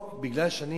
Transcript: או בגלל שאני